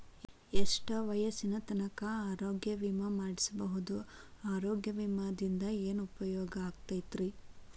ಎಷ್ಟ ವಯಸ್ಸಿನ ತನಕ ಆರೋಗ್ಯ ವಿಮಾ ಮಾಡಸಬಹುದು ಆರೋಗ್ಯ ವಿಮಾದಿಂದ ಏನು ಉಪಯೋಗ ಆಗತೈತ್ರಿ?